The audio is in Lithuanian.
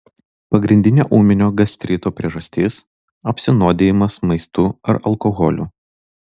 pagrindinė ūminio gastrito priežastis apsinuodijimas maistu ar alkoholiu